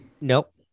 Nope